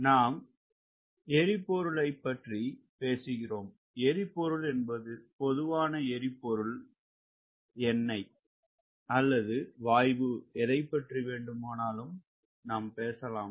நாம் எரிபொருளை பற்றி பேசுகிறோம் எரிபொருள் என்பது பொதுவான எரிபொருள் எண்ணெய் அல்லது வாய எதைப்பற்றி வேண்டுமெனாலும் நாம் பேசலாம்